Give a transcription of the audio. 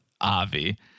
avi